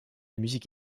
musique